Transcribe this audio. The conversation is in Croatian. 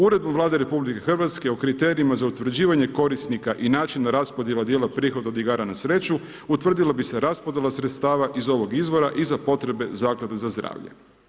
Uredbom Vlade RH o kriterijima za utvrđivanje korisnika i način raspodjela dijela prihoda od igara na sreću utvrdila bi se raspodjela sredstava iz ovog izvora i za potrebe zaklade za zdravlje.